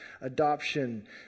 adoption